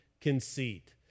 conceit